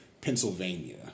Pennsylvania